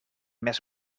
més